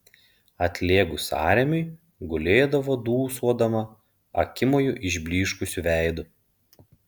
atlėgus sąrėmiui gulėdavo dūsuodama akimoju išblyškusiu veidu